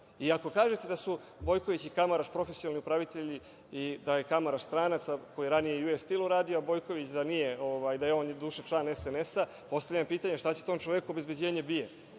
kažete da su Bojković i Kamaraš profesionalni upravitelji i da je Kamaraš stranac koji je ranije u Us Steel-u radio, a da Bojković nije, da je on član SNS, postavlja se pitanje šta će tom čoveku obezbeđenje BIA?